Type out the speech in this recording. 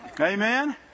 amen